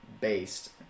based